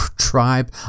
tribe